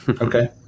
Okay